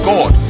God